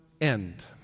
end